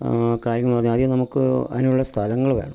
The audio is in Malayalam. കാര്യങ്ങൾ എന്ന് പറഞ്ഞാൽ ആദ്യം നമുക്ക് അതിനുള്ള സ്ഥലങ്ങള് വേണം